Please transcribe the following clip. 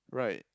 right